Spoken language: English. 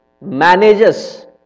manages